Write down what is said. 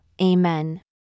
Amen